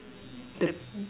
the